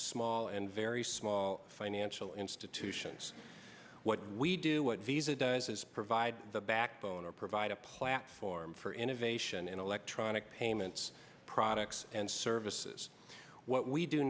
small and very small financial institutions what we do what visa does is provide the backbone or provide a platform for innovation in electronic payments products and services what we do